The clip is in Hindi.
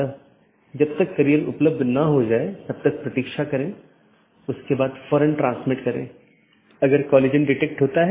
इसलिए पथ को गुणों के प्रकार और चीजों के प्रकार या किस डोमेन के माध्यम से रोका जा रहा है के रूप में परिभाषित किया गया है